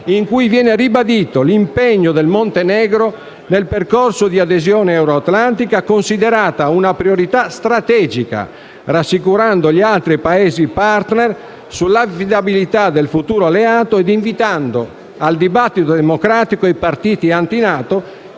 quale viene ribadito l'impegno del Montenegro nel percorso di adesione euro-atlantica, considerato una priorità strategica, rassicurando gli altri Paesi *partner* sull'affidabilità del futuro alleato e invitando al dibattito democratico i partiti anti-NATO